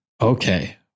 Okay